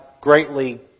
greatly